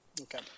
Okay